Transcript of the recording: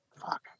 fuck